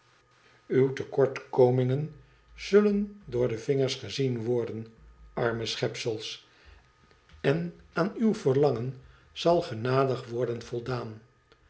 uwe tekortkomingen zullen door de vingers gezien worden arme schepsels en aan uw verlangen zal genadig worden voldaan